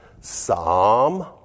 Psalm